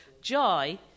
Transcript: Joy